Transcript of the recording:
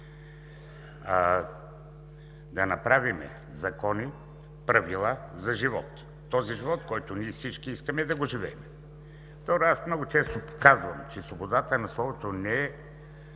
да направим закони, правила за живот, този живот, който всички ние искаме да го живеем. Аз много често показвам, че свободата на словото не